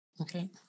Okay